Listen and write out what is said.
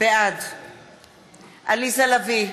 בעד עליזה לביא,